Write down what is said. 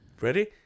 ready